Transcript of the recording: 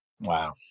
Wow